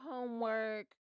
Homework